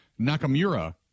Nakamura